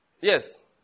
Yes